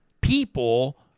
people